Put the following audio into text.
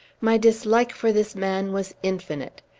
my dislike for this man was infinite.